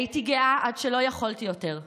הייתי גאה עד שלא יכולתי יותר,